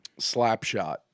Slapshot